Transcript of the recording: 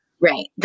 right